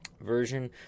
Version